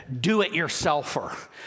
do-it-yourselfer